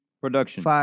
production